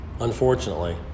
Unfortunately